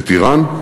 את איראן,